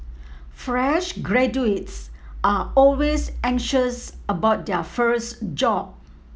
fresh graduates are always anxious about their first job